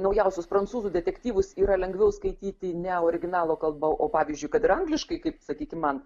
naujausius prancūzų detektyvus yra lengviau skaityti ne originalo kalba o pavyzdžiui kad ir angliškai kaip sakykim man